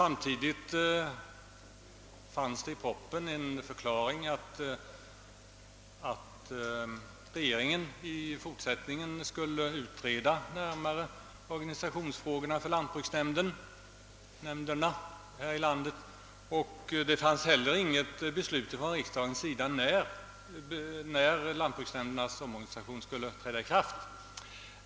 Samtidigt fanns det emellertid i propositionen ett uttalande att regeringen i fortsättningen skulle närmare utreda organisationsfrågorna för lantbruksnämnderna här i landet. Det förelåg inget riksdagsbeslut om när denna omorganisation av lantbruksnämnderna skulle träda i kraft.